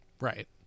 Right